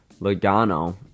Logano